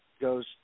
goes